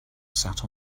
sat